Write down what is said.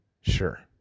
Sure